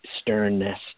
sternness